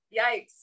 yikes